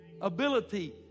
ability